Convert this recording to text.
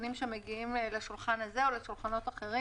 נתונים שמגיעים לשולחן הזה או לשולחנות אחרים.